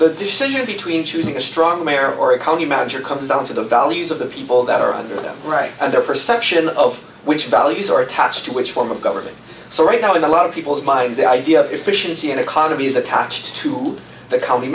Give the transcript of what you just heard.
the decision between choosing a strong mayor or a county manager comes down to the values of the people that are under them right and their perception of which values are attached to which form of government so right now in a lot of people's minds the idea of efficiency and economy is attached to the county